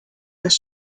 des